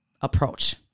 approach